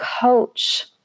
coach